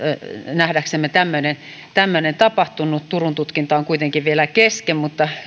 nähdäksemme tämmöinen tämmöinen tapahtunut turun tutkinta on kuitenkin vielä kesken mutta